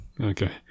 okay